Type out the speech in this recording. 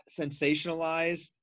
sensationalized